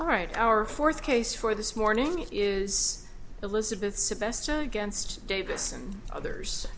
right our fourth case for this morning is elizabeth sebastian against davis and others